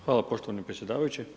Hvala poštovani predsjedavajući.